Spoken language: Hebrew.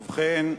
ובכן,